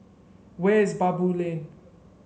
where is Baboo Lane